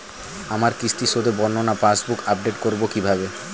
আমার কিস্তি শোধে বর্ণনা পাসবুক আপডেট করব কিভাবে?